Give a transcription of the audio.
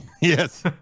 yes